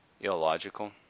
illogical